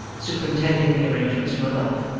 superintending the arrangements from above.